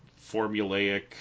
formulaic